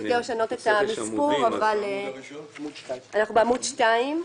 אנחנו בעמוד 2: